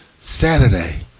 Saturday